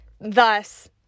Thus